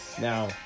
Now